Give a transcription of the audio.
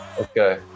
Okay